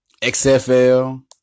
XFL